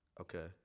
Okay